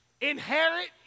inherit